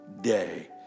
day